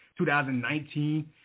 2019